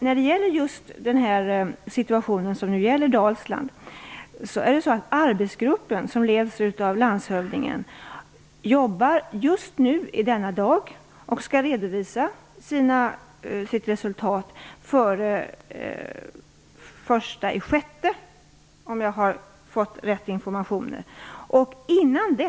När det gäller situationen i Dalsland kan jag säga att den arbetsgrupp som leds av landshövdingen just nu i denna dag jobbar och skall redovisa sitt resultat före den 1 juni, om jag har fått rätt informationer.